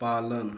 पालन